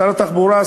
שר התחבורה,